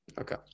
okay